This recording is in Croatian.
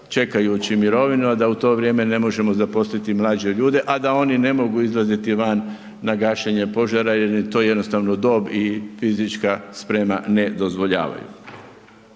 čekajući mirovinu, a da u to vrijeme ne možemo zaposliti mlađe ljude, a da oni ne mogu izlaziti van na gašenje požara jel im to jednostavno dob i fizička sprema ne dozvoljavaju.